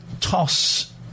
toss